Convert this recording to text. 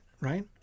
right